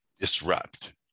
disrupt